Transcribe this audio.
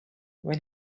when